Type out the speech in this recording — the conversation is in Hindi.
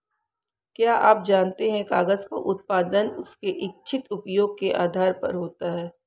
क्या आप जानते है कागज़ का उत्पादन उसके इच्छित उपयोग के आधार पर होता है?